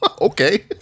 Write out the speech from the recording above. Okay